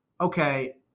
okay